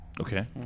Okay